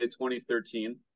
2013